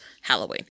Halloween